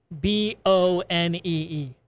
B-O-N-E-E